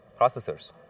processors